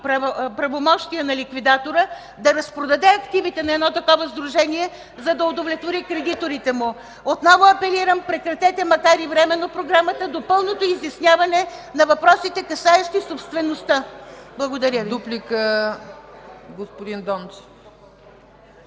правомощия на ликвидатора да разпродаде активите на едно такова сдружение, за да удовлетвори кредиторите му. (Шум и реплики от ГЕРБ.) Отново апелирам – прекратете, макар и временно, програмата до пълното изясняване на въпросите, касаещи собствеността. Благодаря Ви.